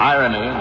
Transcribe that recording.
Irony